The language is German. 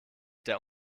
der